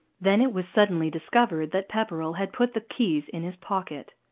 then it was suddenly discovered that pepperrell had put the keys in his pocket.